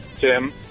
Jim